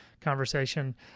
conversation